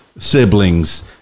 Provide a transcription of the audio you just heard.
siblings